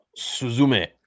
Suzume